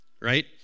right